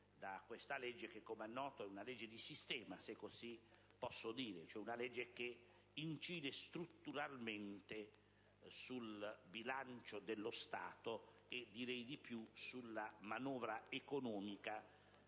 al nostro esame che, come è noto, è un provvedimento di sistema (se così posso dire), cioè un atto che incide strutturalmente sul bilancio dello Stato e, direi di più, sulla manovra economica